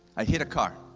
i hit a car.